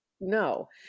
no